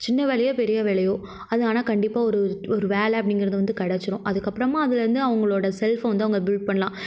சின்ன வேலையாே பெரிய வேலையோ அது ஆனால் கண்டிப்பாக ஒரு ஒரு வேலை அப்படிங்கறது வந்து கிடைச்சிடும் அதுக்கப்புறமா அதில் வந்து அவங்களோட செல்ஃப் வந்து அவங்க பில்ட் பண்ணலாம்